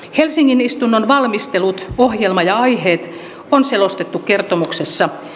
helsingin istunnon valmistelut ohjelma ja aiheet on selostettu kertomuksessa